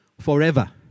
forever